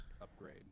Upgrade